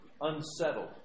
unsettled